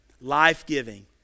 life-giving